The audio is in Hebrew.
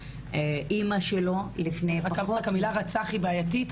אימא שלו --- רק המילה רצח היא בעייתית,